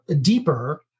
deeper